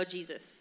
Jesus